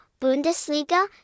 Bundesliga